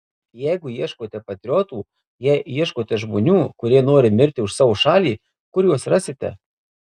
jeigu ieškote patriotų jei ieškote žmonių kurie nori mirti už savo šalį kur juos rasite